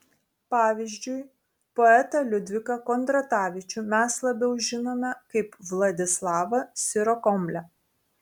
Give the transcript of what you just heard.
pavyzdžiui poetą liudviką kondratavičių mes labiau žinome kaip vladislavą sirokomlę